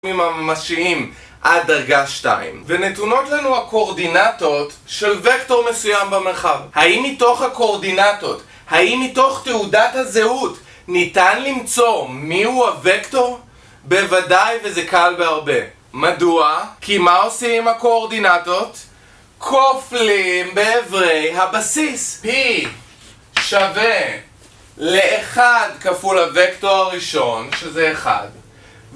ממשיים עד דרגה שתיים, ונתונות לנו הקואורדינטות של וקטור מסוים במרחב. האם מתוך הקואורדינטות, האם מתוך תעודת הזהות ניתן למצוא מיהו הוקטור? בוודאי, וזה קל בהרבה. מדוע? כי מה עושים הקואורדינטות? כופלים באברי הבסיס, P שווה לאחד כפול הוקטור הראשון שזה אחד